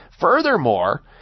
Furthermore